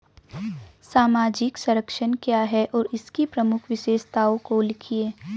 सामाजिक संरक्षण क्या है और इसकी प्रमुख विशेषताओं को लिखिए?